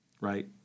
right